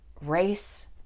race